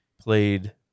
played